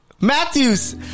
Matthews